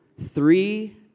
three